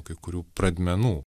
kai kurių pradmenų